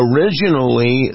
Originally